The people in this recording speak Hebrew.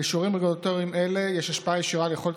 לאישורים רגולטוריים אלה יש השפעה ישירה על יכולת